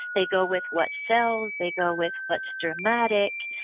they go with what sells, they go with what's dramatic,